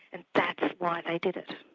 and that's why they did it.